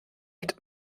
direkt